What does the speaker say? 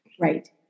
right